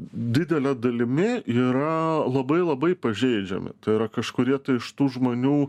didele dalimi yra labai labai pažeidžiami tai yra kažkurie iš tų žmonių